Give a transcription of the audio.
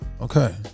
Okay